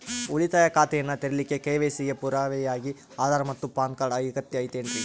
ಉಳಿತಾಯ ಖಾತೆಯನ್ನ ತೆರಿಲಿಕ್ಕೆ ಕೆ.ವೈ.ಸಿ ಗೆ ಪುರಾವೆಯಾಗಿ ಆಧಾರ್ ಮತ್ತು ಪ್ಯಾನ್ ಕಾರ್ಡ್ ಅಗತ್ಯ ಐತೇನ್ರಿ?